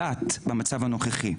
מסתכל עליה מגורשת מהמקום,